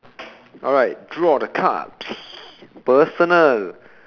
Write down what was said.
alright draw the cards personal